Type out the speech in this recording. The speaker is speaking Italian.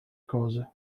cose